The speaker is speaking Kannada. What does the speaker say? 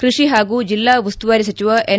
ಕೃಷಿ ಹಾಗೂ ಜಿಲ್ಲಾ ಉಸ್ತುವಾರಿ ಸಚಿವ ಎನ್